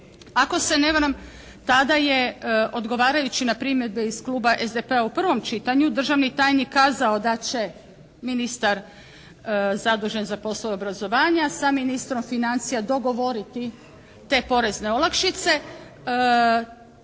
Ako se ne varam tada je odgovarajući na primjedbe iz kluba SDP-a u prvom čitanju državni tajnik kazao da će ministar zadužen za poslove obrazovanja sa ministrom financija dogovoriti te porezne olakšice.